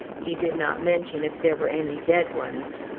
he did not mention if there were any dead ones!